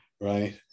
right